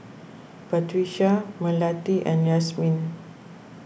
Batrisya Melati and Yasmin